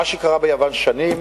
מה שקרה ביוון שנים